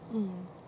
mm